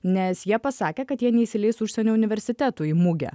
nes jie pasakė kad jie neįsileis užsienio universitetų į mugę